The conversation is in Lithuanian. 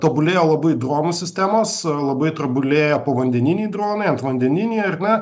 tobulėja labai dronų sistemos labai tobulėja povandeniniai dronai antvandeniniai ar ne